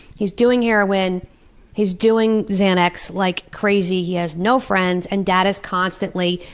he's doing heroin, he's doing xanax like crazy. he has no friends, and dad is constantly,